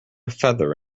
feather